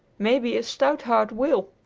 maybe a stout heart will.